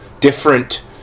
different